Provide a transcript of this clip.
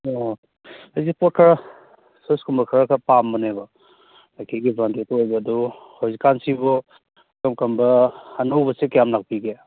ꯑꯣ ꯑꯩꯁꯦ ꯄꯣꯠ ꯈꯔ ꯗ꯭ꯔꯦꯁ ꯀꯨꯝꯕ ꯈꯔꯈꯛ ꯄꯥꯝꯕꯅꯦꯕ ꯅꯥꯏꯀꯤꯒꯤ ꯕ꯭ꯔꯥꯟꯗꯦꯠꯀ ꯑꯣꯏꯕ ꯑꯗꯣ ꯍꯧꯖꯤꯛꯀꯥꯟꯁꯤꯕꯨ ꯀꯔꯝ ꯀꯔꯝꯕ ꯑꯅꯧꯕꯁꯦ ꯀꯌꯥꯝ ꯂꯥꯛꯄꯤꯒꯦ